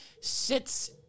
sits